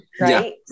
right